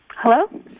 Hello